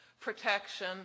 protection